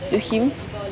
to him